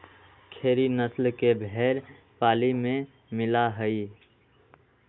खेरी नस्ल के भेंड़ पाली में मिला हई